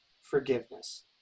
forgiveness